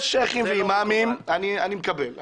אני מקבל,